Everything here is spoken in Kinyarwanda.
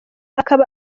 akaba